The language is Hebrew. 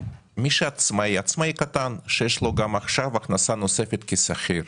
עצמאי קטן שיש לו גם עכשיו הכנסה נוספת כשכיר,